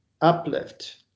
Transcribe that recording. uplift